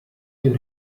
den